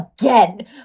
again